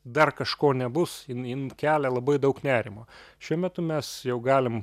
dar kažko nebus jin jin kelia labai daug nerimo šiuo metu mes jau galim